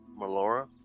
Melora